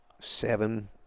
seven